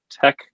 tech